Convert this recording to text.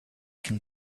can